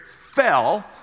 fell